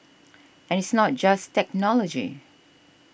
and it's not just technology